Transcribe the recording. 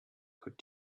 could